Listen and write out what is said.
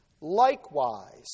Likewise